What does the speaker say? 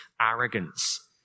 arrogance